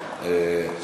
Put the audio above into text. האמת,